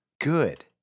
Good